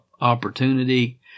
opportunity